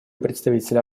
представителя